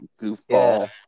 goofball